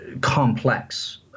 complex